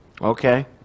Okay